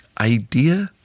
idea